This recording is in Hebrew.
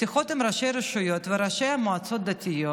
בשיחות עם ראשי הרשויות וראשי המועצות הדתיות